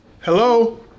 hello